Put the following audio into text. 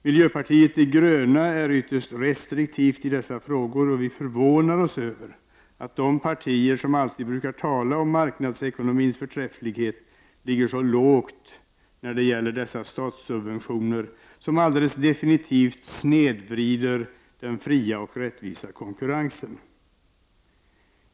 Miljöpartiet de gröna är ytterst restriktivt i dessa frågor, och vi förvånar oss över att de partier som alltid brukar tala om marknadsekonomins förträfflighet ligger så lågt när det gäller dessa statssubventioner, som alldeles definitivt snedvrider den fria och rättvisa konkurrensen.